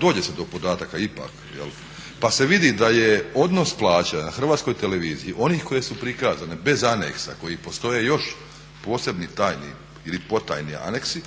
dođe se do podataka ipak. Pa se vidi da je odnos plaća na HRT-u onih koje su prikazane, bez anexa koji postoje još posebni tajni ili potajni anexi,